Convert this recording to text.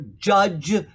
judge